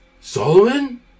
Solomon